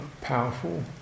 powerful